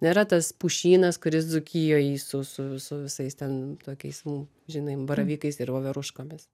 nėra tas pušynas kuris dzūkijoj su su su visais ten tokiais mm žinai baravykais ir voveruškomis